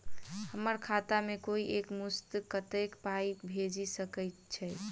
हम्मर खाता मे कोइ एक मुस्त कत्तेक पाई भेजि सकय छई?